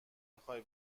میخوای